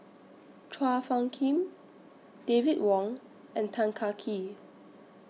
Chua Phung Kim David Wong and Tan Kah Kee